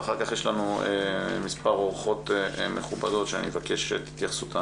ואחר כך יש לנו מספר אורחות מכובדות שאני אבקש את התייחסותן.